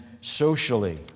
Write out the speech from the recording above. socially